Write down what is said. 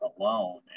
alone